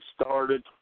started